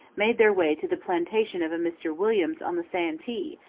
made their way to the plantation of a mr williams on the santee,